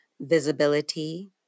visibility